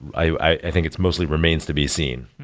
i think it's mostly remains to be seen.